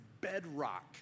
bedrock